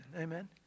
Amen